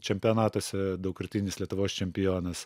čempionatuose daugkartinis lietuvos čempionas